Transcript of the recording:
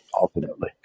ultimately